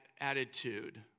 attitude